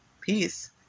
peace